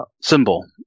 symbol